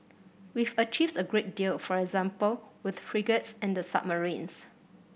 we've achieved a great deal for example with frigates and the submarines